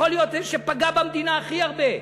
יכול להיות שפגע במדינה הכי הרבה,